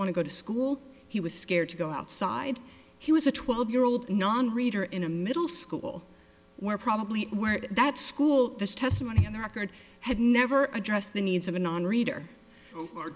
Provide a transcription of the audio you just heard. want to go to school he was scared to go outside he was a twelve year old nonreader in a middle school where probably where in that school this testimony on the record had never address the needs of a nonreader